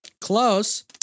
close